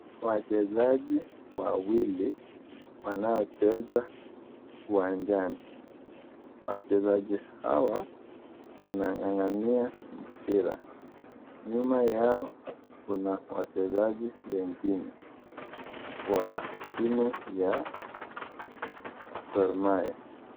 Wachezaji wawili wanaocheza uwanjani. Wachezaji hawa wanang'ang'ania mpira. Nyuma yao kuna wachezaji wengine wa timu ya Gor Mahia.